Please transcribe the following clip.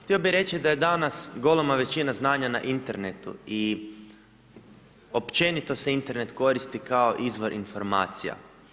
Htio bih reći da je danas golema većina znanja na internetu i općenito se Internet koristi kao izvor informacija.